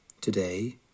Today